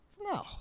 No